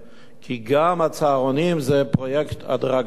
כי גם הצהרונים זה פרויקט הדרגתי.